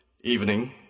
evening